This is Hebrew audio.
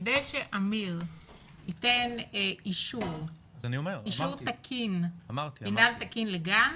כדי שאמיר ייתן אישור מינהל תקין לגן,